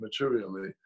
materially